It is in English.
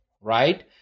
right